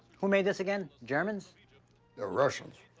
who made this again, germans? the russians.